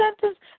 sentence